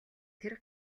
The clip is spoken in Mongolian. тэр